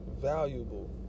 valuable